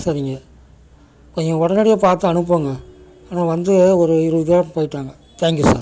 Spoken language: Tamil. சரிங்க கொஞ்சம் உடனடியா பார்த்து அனுப்புங்க ஆனால் வந்து ஒரு இருபது பேர் போயிட்டாங்க தேங்க் யூ சார்